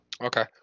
Okay